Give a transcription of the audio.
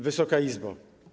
Wysoka Izbo!